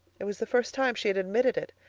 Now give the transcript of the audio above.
it was the first time she had admitted it,